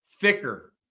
Thicker